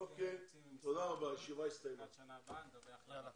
כשנעשה דיון תקציבי עם משרד --- לקראת השנה הבאה נדווח --- אוקיי,